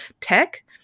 tech